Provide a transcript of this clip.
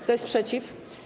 Kto jest przeciw?